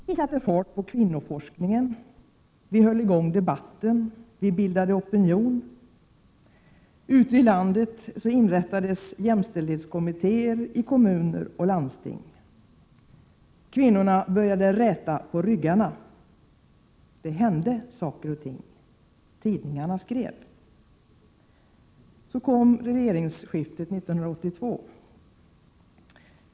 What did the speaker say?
Fru talman! Det är djupt beklagligt att den socialdemokratiska regeringen misslyckats med att föra en offensiv jämställdhetspolitik. Vi kan konstatera att det gått bakåt med jämställdheten. När vi hade centerledda regeringar var det däremot full fart framåt. Vi fick jämställdhetslag och jämställdhetsombudsman. Vi hade en statlig jämställdhetskommitté som drev en mängd projekt, exempelvis på områdena arbetsliv, skola och idrott. Vi satte fart på kvinnoforskningen. Vi höll i gång debatten. Vi bildade opinion. Ute i landet inrättades jämställdhetskommittéer i kommuner och landsting. Kvinnorna började räta på ryggarna. Det hände saker och ting. Tidningarna skrev. Så kom regeringsskiftet 1982.